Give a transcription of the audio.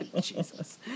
Jesus